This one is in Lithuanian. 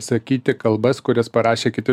sakyti kalbas kurias parašė kiti